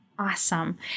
awesome